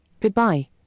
Goodbye